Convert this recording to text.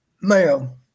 mayo